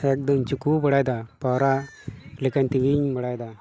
ᱮᱠᱫᱚᱢ ᱪᱩᱠᱩ ᱵᱟᱲᱟᱭᱮᱫᱟ ᱯᱟᱣᱨᱟ ᱞᱮᱠᱟᱧ ᱴᱮᱣᱮᱧ ᱵᱟᱲᱟᱭᱮᱫᱟ